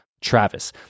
Travis